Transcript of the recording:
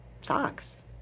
socks